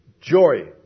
joy